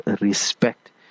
respect